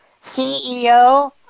CEO